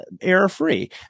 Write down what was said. error-free